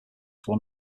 one